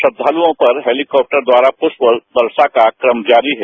श्रद्वालुओं पर हैलीकॉप्टर द्वारा पृष्प वर्षा का क्रम जारी है